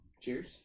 cheers